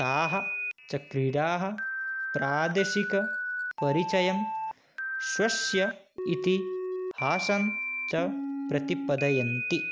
ताः च क्रीडाः प्रादेशिकपरिचयं स्वस्य इतिहासं च प्रतिपादयन्ति